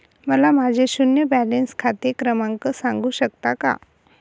मला माझे शून्य बॅलन्स खाते क्रमांक सांगू शकता का?